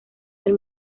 del